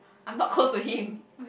I'm not close to him